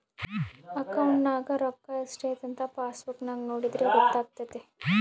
ಅಕೌಂಟ್ನಗ ರೋಕ್ಕಾ ಸ್ಟ್ರೈಥಂಥ ಪಾಸ್ಬುಕ್ ನಾಗ ನೋಡಿದ್ರೆ ಗೊತ್ತಾತೆತೆ